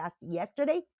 yesterday